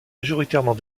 majoritairement